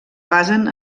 basen